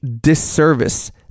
disservice